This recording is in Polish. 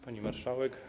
Pani Marszałek!